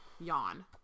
Yawn